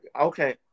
okay